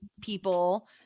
people